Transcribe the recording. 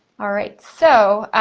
all right, so,